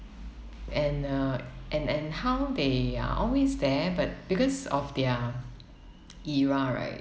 and uh and and how they are always there but because of their era right